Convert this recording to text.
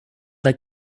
like